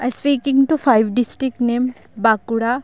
I speak into five district name Bankura